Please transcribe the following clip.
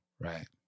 Right